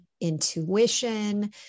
intuition